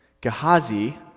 Gehazi